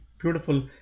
Beautiful